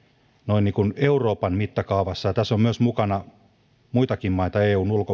noin niin kuin euroopan mittakaavassa ja tässä on myös mukana muitakin maita eun ulkopuolelta australia